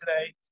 today